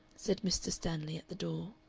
said mr. stanley, at the door.